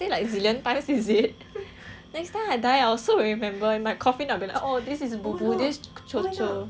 next time I die I also will remember in my coffin I will be like oh this is bobo and this is jojo